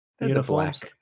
uniforms